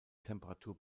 temperatur